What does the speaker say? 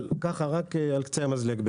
אבל רק על קצה המזלג: